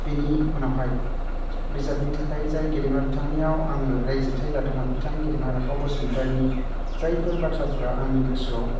बेनि उनावहाय बिजाबनि थाखाय जाय गेदेमा बिथांनियाव आङो रायजिरथाय लादोंमोन बिथां गेदेमा राखाव बसुमतारिनि जायफोर बाथ्राफोरा आंनि गोसोआव